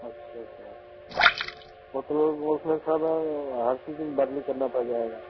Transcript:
अच्छा सर मतलब उसमें सब हर चीज में बदली करना पड़ जाएगा